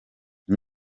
ati